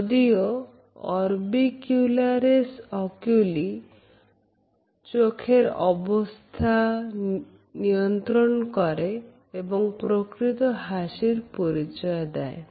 যদিও orbicularis oculi চোখের অবস্থা নিয়ন্ত্রণ করে এবং প্রকৃত হাসি পরিচয় দেয়